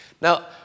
Now